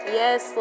yes